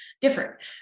different